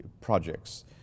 projects